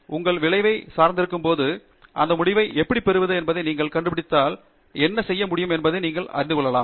உங்கள் விளைவை சார்ந்திருக்கும்போது அந்த முடிவை எப்படி பெறுவது என்பதை நீங்கள் கண்டுபிடித்தால் என்ன செய்ய முடியும் என்பதை நீங்கள் அறிந்து கொள்ளலாம்